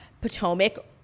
Potomac